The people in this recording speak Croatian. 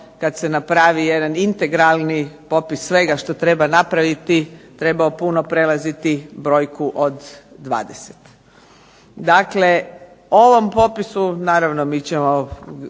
kad se napravi jedan integralni popis svega što treba napraviti trebao puno prelaziti brojku od 20. Dakle, ovom popisu naravno mi ćemo